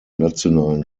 nationalen